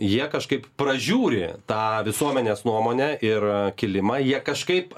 jie kažkaip pražiūri tą visuomenės nuomonę ir kilimą jie kažkaip